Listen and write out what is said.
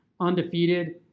undefeated